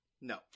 no